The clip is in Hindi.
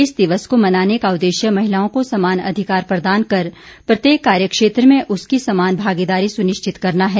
इस दिवस को मनाने का उद्देश्य महिलाओं को समान अधिकार प्रदान कर प्रत्येक कार्य क्षेत्र में उसकी समान भागीदारी सुनिश्चित करना है